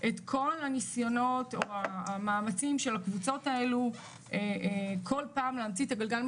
את כל הניסיונות להמציא את הגלגל בכל אסון